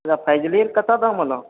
तऽ फजुली कतए दाम होलो